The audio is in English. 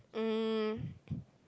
um